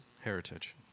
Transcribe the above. heritage